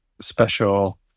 special